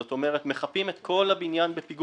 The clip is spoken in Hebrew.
זאת אומרת, מחפים את כל הבניין בפיגום.